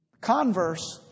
Converse